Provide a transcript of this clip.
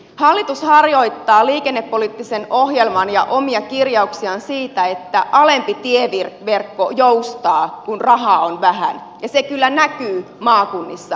hallitus harjoittaa liikennepoliittista ohjelmaa ja omia kirjauksiaan siitä että alempi tieverkko joustaa kun rahaa on vähän ja se kyllä näkyy maakunnissa